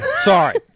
Sorry